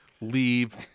leave